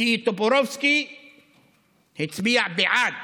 כי טופורובסקי הצביע בעד